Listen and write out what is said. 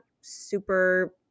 super